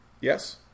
yes